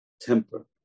temper